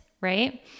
Right